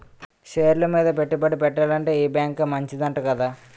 షేర్లు మీద పెట్టుబడి ఎట్టాలంటే ఈ బేంకే మంచిదంట కదా